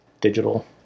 digital